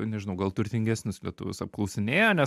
nežinau gal turtingesnius lietuvius apklausinėjo nes